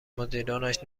مدیرانش